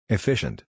Efficient